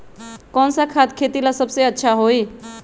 कौन सा खाद खेती ला सबसे अच्छा होई?